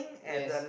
yes